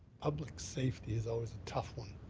public safety is always a tough one.